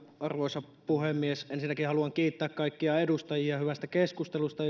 arvoisa puhemies ensinnäkin haluan kiittää kaikkia edustajia hyvästä keskustelusta